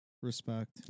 Respect